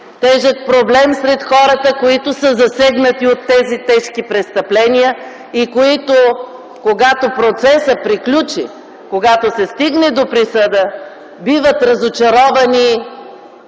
Тежък проблем сред хората, които са засегнати от тези тежки престъпления и които, когато процесът приключи, когато се стигне до присъда, биват разочаровани